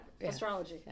astrology